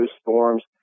storms